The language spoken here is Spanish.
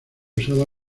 usada